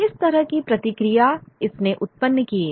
किस तरह की प्रतिक्रिया इसने उत्पन्न किए